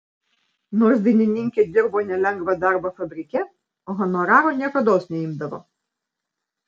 nors dainininkė dirbo nelengvą darbą fabrike honoraro niekados neimdavo